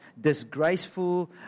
disgraceful